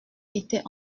était